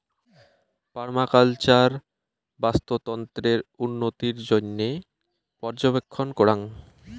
permaculture বাস্তুতন্ত্রের উন্নতির জইন্যে পর্যবেক্ষণ করাং